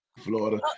Florida